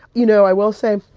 you know, i will say